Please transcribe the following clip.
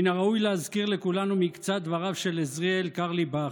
מן הראוי להזכיר לכולנו מקצת דבריו של עזריאל קרליבך,